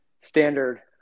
standard